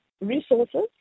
resources